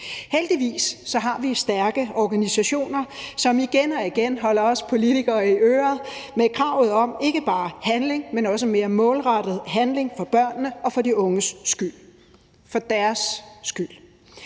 Heldigvis har vi stærke organisationer, som igen og igen holder os politikere i ørerne med krav om ikke bare handling, men også mere målrettet handling for børnene og for de unges skyld – for deres skyld.